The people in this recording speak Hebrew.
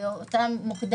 באותם מוקדי